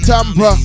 Tampa